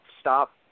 stop